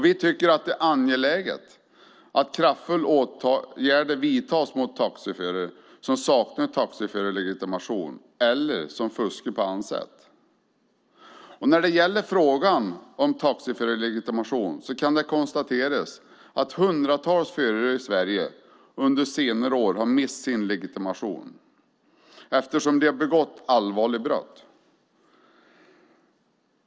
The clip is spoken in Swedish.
Vi tycker att det är angeläget att kraftfulla åtgärder vidtas mot taxiförare som saknar taxiförarlegitimation eller fuskar på annat sätt. När det gäller frågan om taxiförarlegitimation kan det konstateras att hundratals förare i Sverige under senare år har mist sin legitimation eftersom de har begått allvarliga brott.